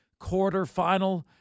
quarterfinal